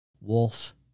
wolf